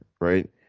Right